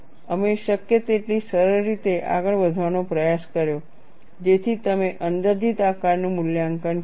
અમે શક્ય તેટલી સરળ રીતે આગળ વધવાનો પ્રયાસ કર્યો જેથી તમે અંદાજિત આકારનું મૂલ્યાંકન કર્યું